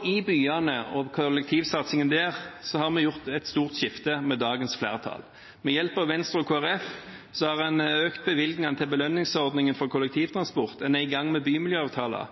det gjelder byene og kollektivsatsingen der, har vi gjort et stort skifte med dagens flertall. Med hjelp av Venstre og Kristelig Folkeparti har en økt bevilgningene til belønningsordningen for kollektivtransport. En er i gang med bymiljøavtaler.